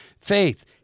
faith